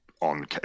on